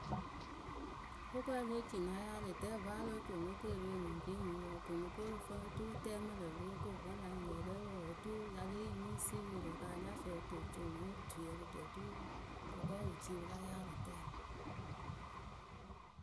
Kʊkɔɛ lée ci na yaalɨ tǝ vǝ́ a ya lóo co ne keeriwǝ eniŋ ri eni wǝǝ o ko mɨ ko ǝrǝ fɨŋ o turu tɛɛmɨ lǝ̈ lóo ko, vǝ́ la nyɩ lǝ̈ lǝ́ǝ pǝ wǝǝ oturu ya lée yi mɨŋ siimɨ lǝ̈ kɨ anya fɛɛ o to o co no otuyǝ kɨto oturu akʊkɔpǝ pɨ cii pɨla yaalɨtǝyǝ.